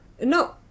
No